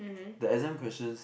the exam questions